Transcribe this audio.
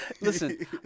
Listen